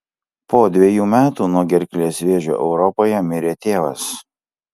po dvejų metų nuo gerklės vėžio europoje mirė tėvas